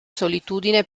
solitudine